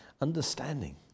understanding